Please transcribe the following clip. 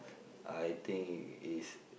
I think it's